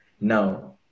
now